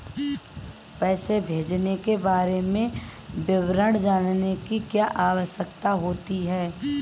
पैसे भेजने के बारे में विवरण जानने की क्या आवश्यकता होती है?